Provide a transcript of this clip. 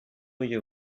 you